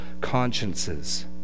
consciences